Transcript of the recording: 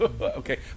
Okay